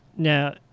Now